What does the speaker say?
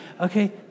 Okay